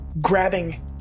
grabbing